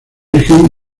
virgen